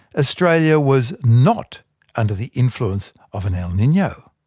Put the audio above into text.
australia was not under the influence of an el nino.